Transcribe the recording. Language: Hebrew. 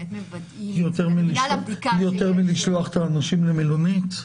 יותר מלשלוח את האנשים למלונית?